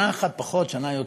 שנה אחת פחות, שנה יותר.